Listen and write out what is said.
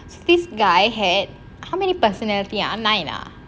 so this guy had how many personality ah nine ah